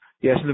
Yes